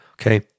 okay